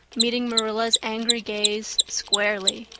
meeting marilla's angry gaze squarely.